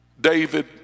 David